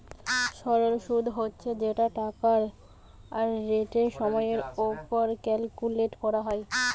সরল শুদ হচ্ছে যেই টাকাটা রেটের সময়ের উপর ক্যালকুলেট করা হয়